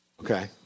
Okay